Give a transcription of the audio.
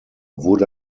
wurde